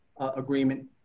agreement